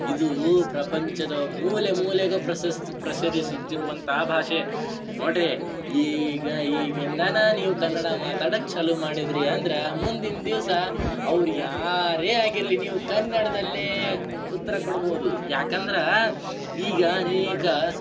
ಇದು ಪ್ರಪಂಚದ ಮೂಲೆ ಮೂಲೆಗೂ ಪ್ರಸಸ್ ಪ್ರಸರಿಸುತ್ತಿರುವಂಥ ಭಾಷೆ ನೋಡಿರಿ ಈಗ ಈಗಿಂದನೇ ನೀವು ಕನ್ನಡ ಮಾತಾಡಕ್ಕೆ ಚಾಲು ಮಾಡಿದಿರಿ ಅಂದ್ರೆ ಮುಂದಿನ ದಿವಸ ಅವ್ರು ಯಾರೇ ಆಗಿರಲಿ ನೀವು ಕನ್ನಡದಲ್ಲೇ ಉತ್ತರ ಕೊಡ್ಬೋದು ಯಾಕಂದ್ರೆ ಈಗ ಅನೇಕ